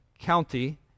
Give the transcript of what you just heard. county